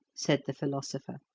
said the philosopher,